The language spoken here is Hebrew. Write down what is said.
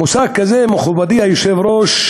מושג כזה, מכובדי היושב-ראש,